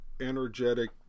energetic